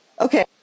Okay